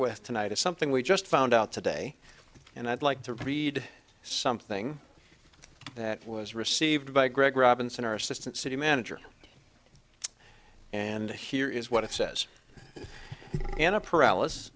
with tonight is something we just found out today and i'd like to read something that was received by greg robinson our assistant city manager and here is what it says and a paralysis